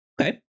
Okay